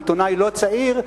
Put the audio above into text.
שהוא עיתונאי לא צעיר,